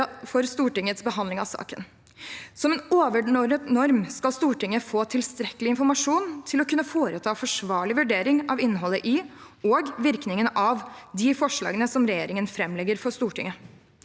for Stortingets behandling av saken. Som en overordnet norm skal Stortinget få tilstrekkelig informasjon til å kunne foreta en forsvarlig vurdering av innholdet i, og virkningene av, de forslagene som regjeringen framlegger for Stortinget.